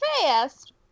fast